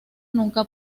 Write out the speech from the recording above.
nunca